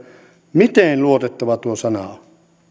miten luotettava tuo sana on